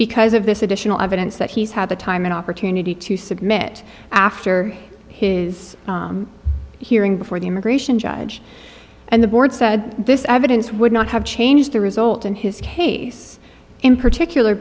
because of this additional evidence that he's had the time and opportunity to submit after his hearing before the immigration judge and the board said this evidence would not have changed the result in his case in particular